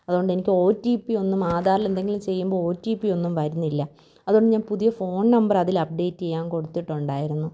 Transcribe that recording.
അതുകൊണ്ടെനിക്ക് O T പിയൊന്നും ആധാറിലെന്തെങ്കിലും ചെയ്യുമ്പോൾ ഓ ടി പിയൊന്നും വരുന്നില്ല അതുകൊണ്ട് ഞാൻ പുതിയ ഫോൺ നമ്പരതിൽ അപ്പ്ഡേറ്റ് ചെയ്യാൻ കൊടുത്തിട്ടുണ്ടായിരുന്നു